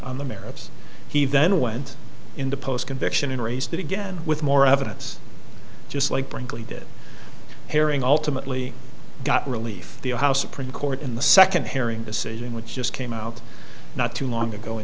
on the merits he then went in the post conviction and raised it again with more evidence just like brinkley did herring ultimately got relief the house supreme court in the second haring decision which just came out not too long ago in